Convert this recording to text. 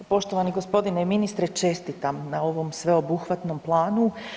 Poštovani gospodine ministre, čestitam na ovom sveobuhvatnom planu.